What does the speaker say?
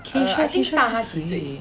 kayshe kayshe 是谁